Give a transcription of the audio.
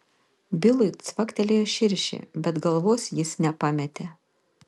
bilui cvaktelėjo širšė bet galvos jis nepametė